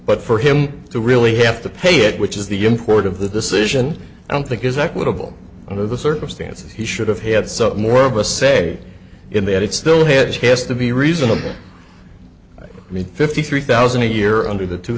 but for him to really have to pay it which is the import of the decision i don't think is equitable under the circumstances he should have had some more of a say in that it still had to pass to be reasonable i mean fifty three thousand a year under the two